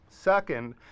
Second